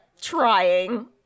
trying